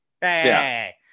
hey